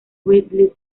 ridley